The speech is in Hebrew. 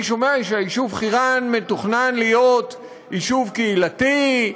אני שומע שהיישוב חירן מתוכנן להיות יישוב קהילתי,